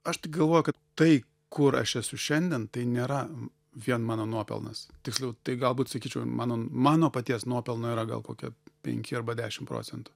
aš tai galvoju kad tai kur aš esu šiandien tai nėra vien mano nuopelnas tiksliau tai galbūt sakyčiau mano mano paties nuopelno yra gal kokie penki arba dešim procentų